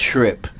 Trip